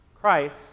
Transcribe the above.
Christ